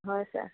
হয় ছাৰ